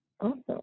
Awesome